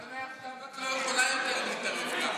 אבל מעכשיו את לא יכולה להתערב ככה.